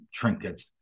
trinkets